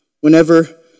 Whenever